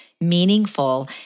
meaningful